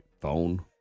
phone